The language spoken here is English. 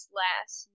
last